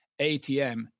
ATM